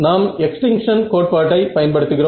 நாம் எக்ஸ்டிங்ஷன் கோட்பாட்டை பயன்படுத்துகிறோம்